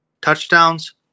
touchdowns